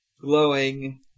glowing